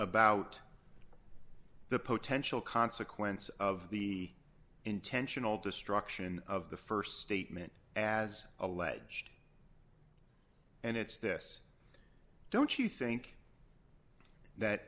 about the potential consequence of the intentional destruction of the st statement as alleged and it's this don't you think that